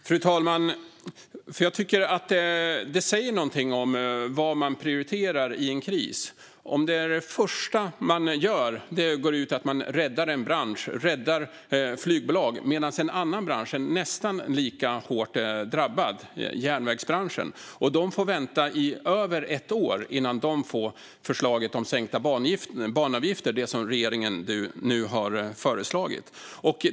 Fru talman! Jag tycker att det säger någonting vad man prioriterar i en kris. Det första regeringen gör här är att gå ut och rädda en bransch, flygbolagen, medan en annan nästan lika hårt drabbad bransch, järnvägsbranschen, får vänta i över ett år innan de får förslaget om sänkta banavgifter, som regeringen nu har lagt fram.